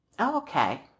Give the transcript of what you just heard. Okay